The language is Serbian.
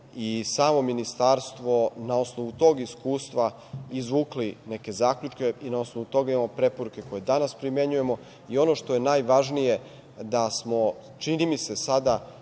i samo ministarstvo na osnovu tog iskustva izvukli neke zaključke i na osnova toga imamo preporuke koje danas primenjujemo i ono što je najvažnije, da smo, čini mi se, sada